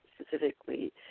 specifically